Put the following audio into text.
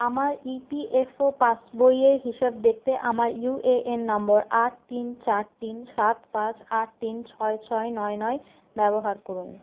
আমার E P F O পাসবইয়ের হিসেব দেখতে আমার ইউ এ এন নম্বর আট তিন চার তিন সাত পাঁচ আট তিন ছয় ছয় নয় নয় ব্যবহার করুন